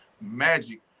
magic